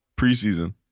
Preseason